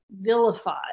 vilified